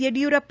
Yediyurappa